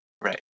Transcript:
Right